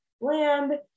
land